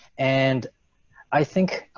and i think